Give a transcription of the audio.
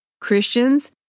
Christians